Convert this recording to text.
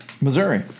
Missouri